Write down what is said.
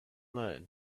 learn